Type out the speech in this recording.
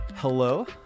Hello